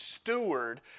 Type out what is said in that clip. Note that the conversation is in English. steward